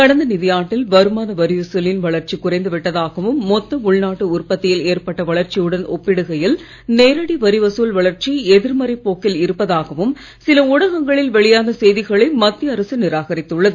கடந்த நிதியாண்டில் வருமான வரி வசூலின் வளர்ச்சி குறைந்து விட்டதாகவும் மொத்த உள்நாட்டு உற்பத்தியில் ஏற்பட்ட வளர்ச்சியுடன் ஒப்பிடுகையில் நேரடி வரிவசூல் வளர்ச்சி எதிர்மறைப் போக்கில் இருப்பதாகவும் சில ஊடகங்களில் வெளியான செய்திகளை மத்திய அரசு நிராகரித்துள்ளது